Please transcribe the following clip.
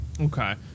Okay